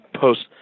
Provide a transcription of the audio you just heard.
post